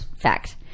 Fact